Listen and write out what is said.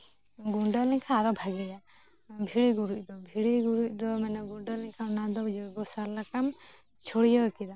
ᱜᱩᱸᱰᱟᱹ ᱞᱮᱱᱠᱷᱟᱱ ᱟᱨᱚ ᱵᱷᱟᱜᱮᱭᱟ ᱵᱷᱤᱲᱤ ᱜᱩᱨᱤᱡ ᱫᱚ ᱵᱷᱤᱲᱤ ᱜᱩᱨᱤᱡ ᱫᱚ ᱢᱟᱱᱮ ᱜᱩᱸᱰᱟᱹ ᱞᱮᱱᱠᱷᱟᱱ ᱚᱱᱟ ᱫᱚ ᱡᱳᱭᱵᱳ ᱥᱟᱨ ᱞᱮᱠᱟᱢ ᱪᱷᱩᱲᱭᱟᱹᱣ ᱠᱮᱫᱟ